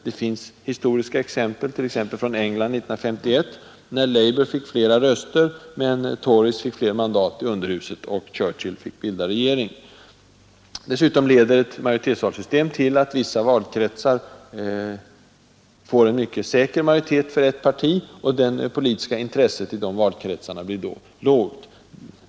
Vi har historiska exempel t.ex. från England 1951 när labour fick fler röster men tories fick fler mandat i underhuset och Churchill bildade För det tredje leder ett majoritetsvalsystem till att vissa valkretsar får en mycket säker majoritet för ett parti, och det politiska intresset i de valkretsarna blir då lågt.